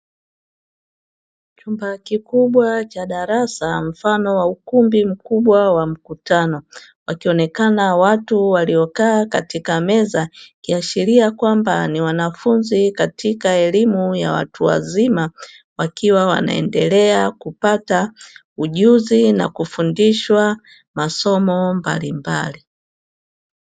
Chumba kikubwa cha darasa mfano wa ukumbi mkubwa wa mkutano, wakionekana watu waliokaa katika meza, ikiashiria kwamba ni wanafunzi katika elimu ya watu wazima, wakiwa wanaendelea kupata ujuzi na kufundishwa masomo mbalimbali.